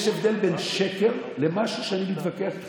יש הבדל בין שקר למשהו שאני מתווכח איתך,